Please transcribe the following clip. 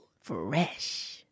Fresh